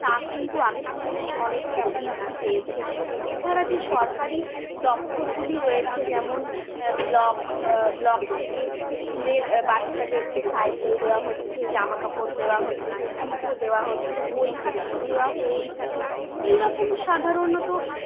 তা কিন্তু আগের তুলনায় অনেকটা বৃদ্ধি পেয়েছে এছাড়া যে সরকারি দপ্তরগুলি রয়েছে যেমন ব্লক ব্লক থেকে স্কুলের বাচ্চাদেরকে সাইকেল দেওয়া হচ্ছে জামাকাপড় দেওয়া হচ্ছে জুতো দেওয়া হচ্ছে বই খাতা তো দেওয়া হয়েই থাকে এই রকম সাধারণত